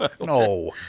No